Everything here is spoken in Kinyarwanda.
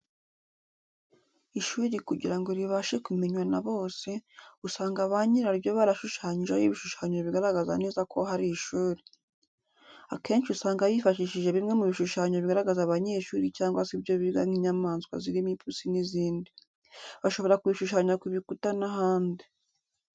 Ishuri kugira ngo ribashe kumenywa na bose ,usanga banyiraryo barashushanyijeho ibishushanyo bigaragaza neza ko hari ishuri .Akenshi usanga bifashishije bimwe mu bishushanyo bigaragaza abanyeshuri cyangwa se ibyo biga nk'inyamanswa zirimo ipusi n'izindi. Bashobora kubishushanya ku bikuta n'ahandi.